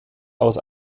aus